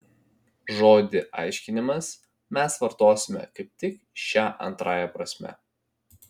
žodį aiškinimas mes vartosime kaip tik šia antrąja prasme